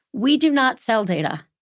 we do not sell data.